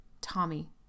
Tommy